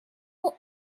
will